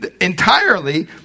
entirely